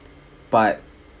but